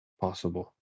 possible